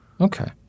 Okay